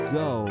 go